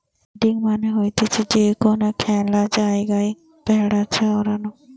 herding মানে হতিছে যে কোনো খ্যালা জায়গায় ভেড়া চরানো